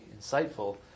insightful